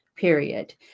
period